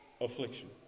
affliction